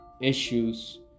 issues